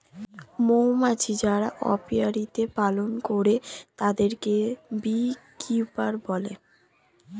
মৌমাছি যারা অপিয়ারীতে পালন করে তাদেরকে বী কিপার বলে